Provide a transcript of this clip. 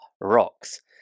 rocks